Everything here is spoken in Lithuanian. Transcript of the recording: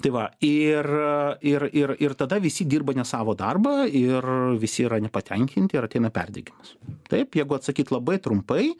tai va ir ir ir ir tada visi dirba ne savo darbą ir visi yra nepatenkinti ir ateina perdegimas taip jeigu atsakyt labai trumpai